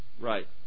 Right